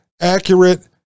accurate